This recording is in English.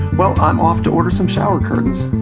well i'm off to order some shower curtains!